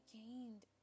gained